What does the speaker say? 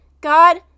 God